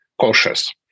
cautious